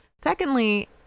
secondly